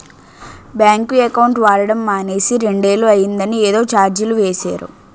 bank account వాడడం మానేసి రెండేళ్ళు అయిందని ఏదో చార్జీలు వేసేరు